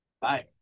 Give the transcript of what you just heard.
Bye